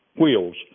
wheels